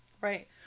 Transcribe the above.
Right